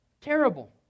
Terrible